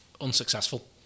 unsuccessful